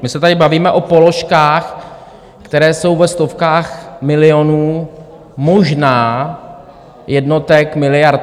My se tady bavíme o položkách, které jsou ve stovkách milionů, možná jednotek miliard.